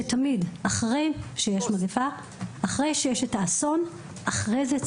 שתמיד אחרי שיש אסון ומגפה,